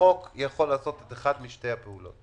חוק יכול לעשות אחת משתי הפעולות.